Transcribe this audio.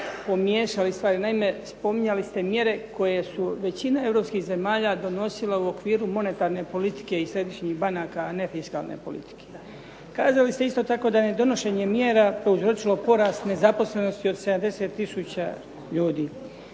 pomiješali stvari. Naime, spominjali ste mjere koje su većine europskih zemalja donosile u okviru monetarne politike i središnjih banaka, a ne fiskalne politike. Kazali ste isto tako da je donošenje mjera prouzročilo porast nezaposlenosti od 70 tisuća ljudi.